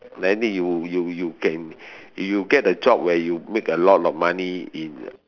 whether you you you get in if you get the job where you make a lot of money in the